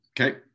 okay